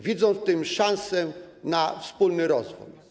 Widzą w tym szansę na wspólny rozwój.